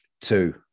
two